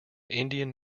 indian